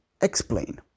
Explain